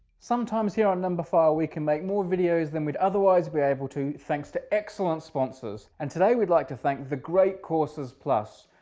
sometimes here on numberphile we can make more videos than we'd otherwise be able to thanks to excellent sponsors. and today we'd like to thank the great courses plus,